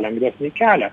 lengvesnį kelią